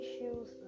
issues